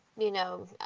you know,